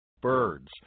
birds